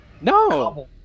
No